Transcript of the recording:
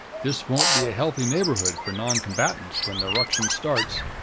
this won't be a healthy neighborhood for non-combatants when the ruction starts.